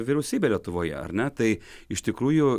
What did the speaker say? vyriausybėj lietuvoje ar ne tai iš tikrųjų